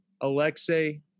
Alexei